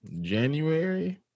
January